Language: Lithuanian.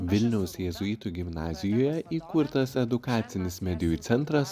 vilniaus jėzuitų gimnazijoje įkurtas edukacinis medijų centras